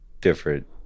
different